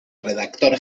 redactor